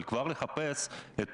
אבל כבר לחפש את